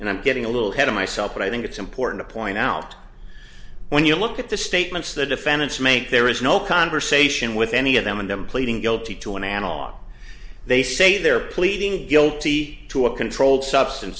and i'm getting a little head of myself but i think it's important to point out when you look at the statements the defendants make there is no conversation with any of them in them pleading guilty to an analog they say they're pleading guilty to a controlled substance